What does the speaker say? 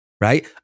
right